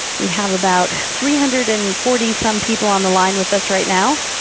we have about three hundred and forty some people on the line with us right now.